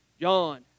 John